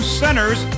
centers